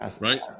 Right